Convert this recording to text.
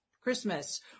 Christmas